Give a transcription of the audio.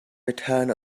return